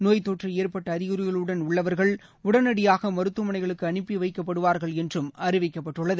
நோய்த் தொற்றுஏற்பட்டஅறிகுறிகளுடன் உள்ளவர்கள் உடனடியாகமருத்துவமனைகளுக்குஅனுப்பிவைக்கப்படுவார்கள் என்றுஅறிவிக்கப்பட்டுள்ளது